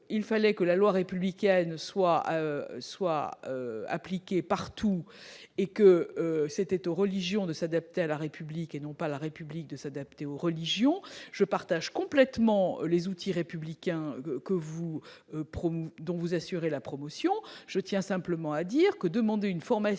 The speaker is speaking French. fallait que la loi républicaine soit appliquée partout et que c'était aux religions de s'adapter à la République, non à la République de s'adapter aux religions. Je partage donc complètement votre position sur les outils républicains, dont vous assurez la promotion à juste titre. Je tiens simplement à dire que la demande d'une formation